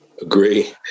Agree